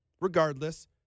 Regardless